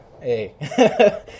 hey